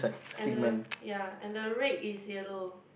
and the ya and the red is yellow